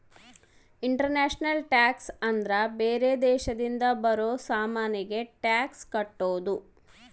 international tax ಅಂದ್ರ ಬೇರೆ ದೇಶದಿಂದ ಬರೋ ಸಾಮಾನಿಗೆ ಟ್ಯಾಕ್ಸ್ ಕಟ್ಟೋದು